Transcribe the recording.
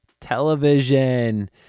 television